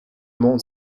mondes